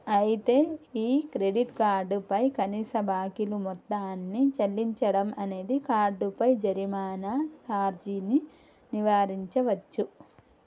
అయితే ఈ credit card పై కనీస బాకీలు మొత్తాన్ని చెల్లించడం అనేది కార్డుపై జరిమానా సార్జీని నివారించవచ్చు